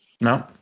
No